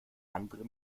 andere